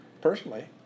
personally